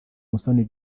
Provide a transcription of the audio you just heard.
musoni